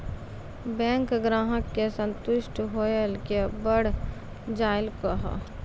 Bank ग्राहक के संतुष्ट होयिल के बढ़ जायल कहो?